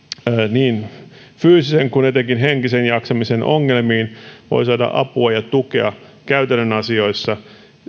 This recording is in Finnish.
niin fyysisen kuin etenkin henkisen jaksamisen ongelmiin voivat saada apua ja tukea käytännön asioissa